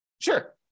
Sure